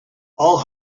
all